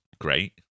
great